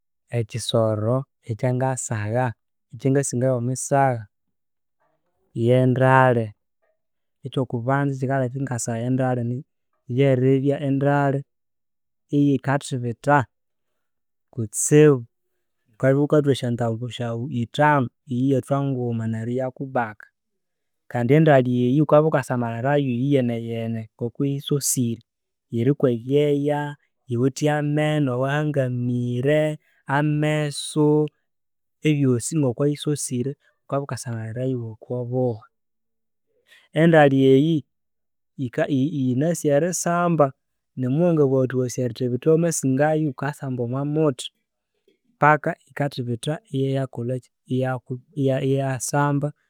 Ekisoro ekya ngasagha, ekyangasinayo erisagha ye ndali, ekyokubanza ekikikaleka ingasagha endali ryeribya endali iyikathibitha kutsibu. Ghukabya ghukathwa esyantambu syaghu ithano iyo iyathwa nguma neryo iya kubaka kandi endali enyi ghukabya ghukasamalira iyoyeneyene ngoko yisosire, yiri kwe byeya, yiwithe amenu awahangamire, amesu ebyosi ngoko yisosire ghukalwa iwakwa obuba. Endali eyi yinasi erisamaba namuwangabugha ghuthi wasi eritibitha wamasingayo ghukayasamba omwa muthi, paka yi kathibitha iyaya kolaki, iyaya samba